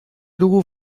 dugu